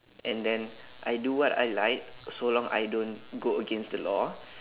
and then I do what I like so long I don't go against the law